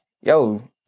yo